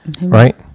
right